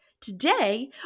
today